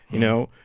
you know?